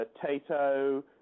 potato